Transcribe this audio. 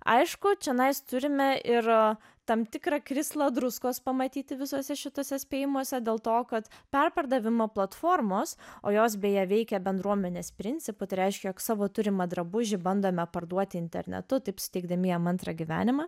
aišku čionais turime ir tam tikrą krislą druskos pamatyti visuose šituose spėjimuose dėl to kad perpardavimo platformos o jos beje veikia bendruomenės principu tai reiškia jog savo turimą drabužį bandome parduoti internetu taip suteikdami jam antrą gyvenimą